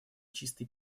чистой